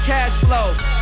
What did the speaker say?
Cashflow